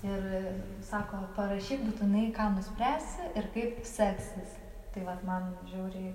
ir sako parašyk būtinai ką nuspręsi ir kaip seksis tai vat man žiauriai